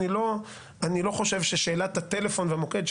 אני לא חושב ששאלת הטלפון והמוקד,